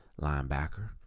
linebacker